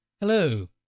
Hello